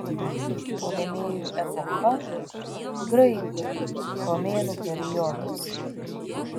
ptolemėjų epocha graikų romėnų periodas